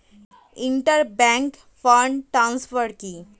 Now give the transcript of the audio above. Inter bank fund transfer কি?